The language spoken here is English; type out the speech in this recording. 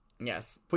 Yes